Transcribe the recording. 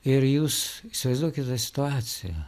ir jūs įsivaizduokit tą situaciją